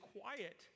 quiet